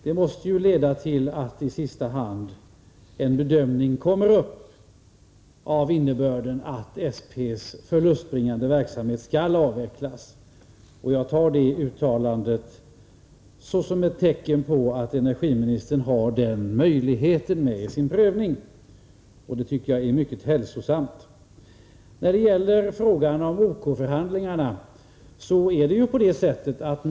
Det måste leda till att i sista hand en bedömning görs av innebörd att SP:s förlustbringande verksamhet skall avvecklas. Jag tar det uttalandet såsom ett tecken på att energiministern har den möjligheten med i sin prövning. Det tycker jag är mycket hälsosamt. Då det gäller frågan om OK-förhandlingarna vill jag säga följande.